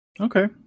Okay